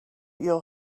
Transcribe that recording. your